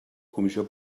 comissió